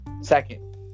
Second